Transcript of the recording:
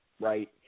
right